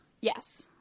Yes